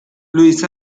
luis